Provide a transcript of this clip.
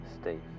Steve